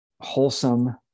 wholesome